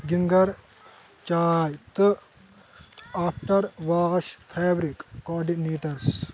گِنٛگر چاے تٕہ after wash fabric coordinators